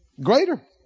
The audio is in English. Greater